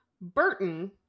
Burton